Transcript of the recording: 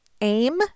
aim